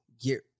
get